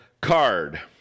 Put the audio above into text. card